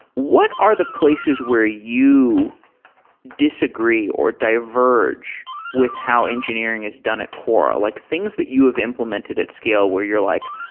what are the places where you disagree, or diverge with how engineering is done at quora? like things that you have implemented at scale where you're like,